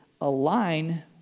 align